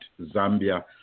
Zambia